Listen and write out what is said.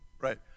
right